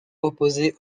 opposées